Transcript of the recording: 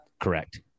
Correct